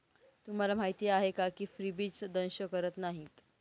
तुम्हाला माहीत आहे का की फ्रीबीज दंश करत नाही